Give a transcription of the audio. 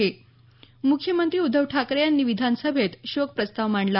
म्रख्यमंत्री उद्धव ठाकरे यांनी विधान सभेत शोकप्रस्ताव मांडला